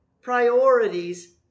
priorities